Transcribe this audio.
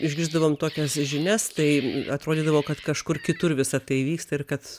išgirsdavom tokias žinias tai atrodydavo kad kažkur kitur visa tai vyksta ir kad